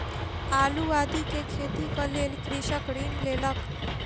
आलू आदि के खेतीक लेल कृषक ऋण लेलक